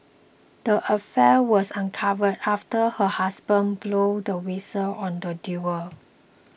the affair was uncovered after her husband blew the whistle on the duo